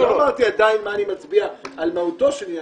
לא אמרתי עדין מה אני מצביע על מהותו של עניין.